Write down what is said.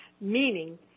meaning